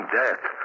death